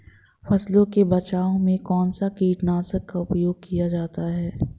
फसलों के बचाव में कौनसा कीटनाशक का उपयोग किया जाता है?